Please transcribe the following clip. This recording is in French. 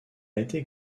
été